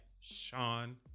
Sean